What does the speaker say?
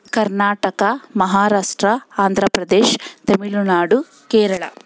Karnataka Maharashtra Andhra Pradesh Tamil Nadu Kerala